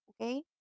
Okay